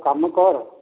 ତୁ କାମ କର